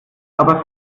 aber